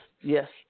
yes